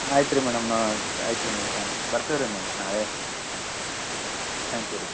ಆಯ್ತು ರೀ ಮೇಡಮ್ ನಾ ಆಯ್ತು ರೀ ಮ್ಯಾಮ್ ತ್ಯಾಂಕ್ಸ್ ಬರ್ತೀವಿ ರೀ ಮ್ಯಾಮ್ ನಾಳೆ ಹಾಂ ಹಾಂ ತ್ಯಾಂಕ್ ಯು ರೀ